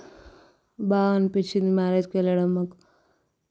బాగా అనిపించింది మ్యారేజ్కి వెళ్ళడం